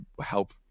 help